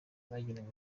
bagirana